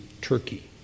Turkey